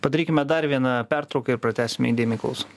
padarykime dar vieną pertrauką ir pratęsime įdėmiai klausom